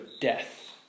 death